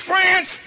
France